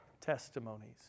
testimonies